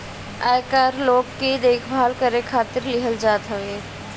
आयकर लोग के देखभाल करे खातिर लेहल जात हवे